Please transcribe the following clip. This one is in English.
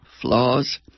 flaws